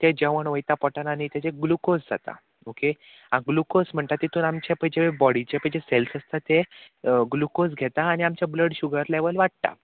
तें जेवण वयता पोटान आनी तेजें ग्लुकोज जाता ओके ग्लुकोज म्हणटा तितून आमचे पय बॉडीचें पय जे सेल्स आसता तें ग्लुकोज घेता आनी आमचें ब्लड शुगर लेवल वाडटा